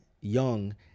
Young